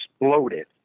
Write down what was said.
exploded